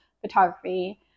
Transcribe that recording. photography